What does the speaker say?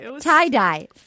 tie-dye